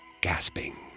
gasping